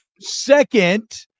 Second